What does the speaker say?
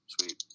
Sweet